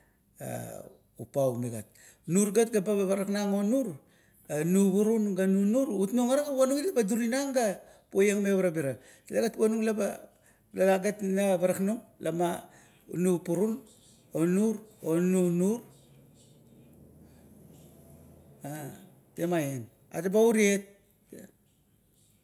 A upau migat, nur gat laba baraknang onur, onu purun ganu nur, ga utnung ara ga durinung ga poiang me parabira, tale gat punung meba ina paraknang, nu puru o nur onu nur. Temaieng atabo uriet.